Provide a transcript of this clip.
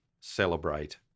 celebrate